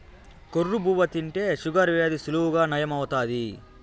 కొర్ర బువ్వ తింటే షుగర్ వ్యాధి సులువుగా నయం అవుతాది